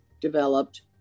developed